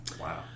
Wow